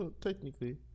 technically